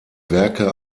werke